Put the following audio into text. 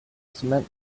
cement